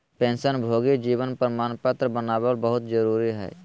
पेंशनभोगी जीवन प्रमाण पत्र बनाबल बहुत जरुरी हइ